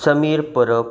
Sameer Parab